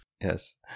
Yes